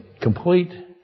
complete